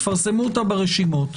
תפרסמו אותה ברשומות,